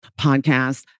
podcast